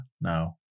no